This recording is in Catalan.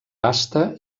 vasta